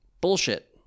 Bullshit